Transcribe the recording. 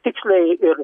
tiksliai ir